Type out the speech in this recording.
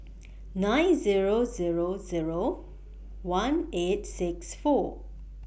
nine Zero Zero Zero one eight six four